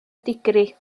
digri